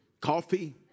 coffee